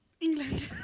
England